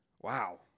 Wow